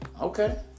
Okay